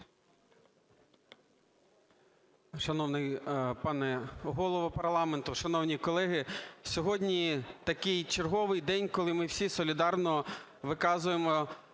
Дякую.